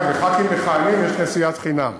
אגב, לחברי כנסת מכהנים יש נסיעת חינם.